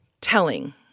telling